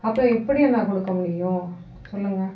அப்போது எப்படி அண்ணா கொடுக்க முடியும் சொல்லுங்க